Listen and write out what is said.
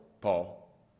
Paul